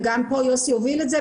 וגם פה יוסי הוביל את זה,